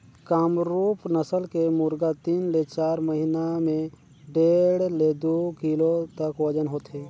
कामरूप नसल के मुरगा तीन ले चार महिना में डेढ़ ले दू किलो तक ओजन होथे